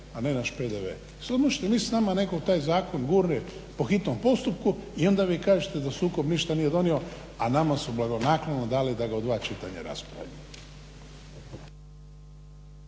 a ne naš PDV samo što mi s nama taj zakon gurne po hitnom postupku i onda vi kažete da sukob nije ništa donio a nama su blagonaklono dali da ga u dva čitanja raspravite.